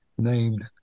named